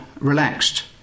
relaxed